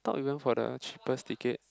I thought we went for the cheapest ticket